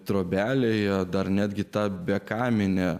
trobelėje dar netgi tą be kamine